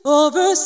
over